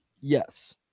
Yes